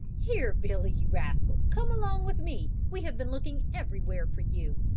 here billy, you rascal, come along with me. we have been looking everywhere for you.